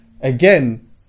again